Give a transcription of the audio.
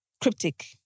Cryptic